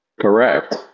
Correct